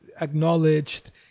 acknowledged